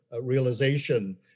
realization